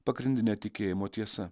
pagrindine tikėjimo tiesa